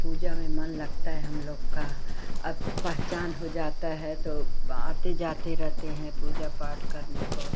पूजा में मन लगता है हम लोग का अब पहचान हो जाती है तो आते जाते रहते हैं पूजा पाठ करने को